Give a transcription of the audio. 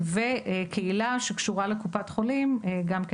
וקהילה שקשורה לקופת חולים גם כן,